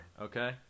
okay